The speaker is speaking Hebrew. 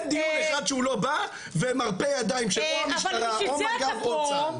אין דיון אחד שהוא לא בא ומרפה ידיים של או המשטרה או מג"ב או צה"ל.